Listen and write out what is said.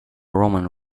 roman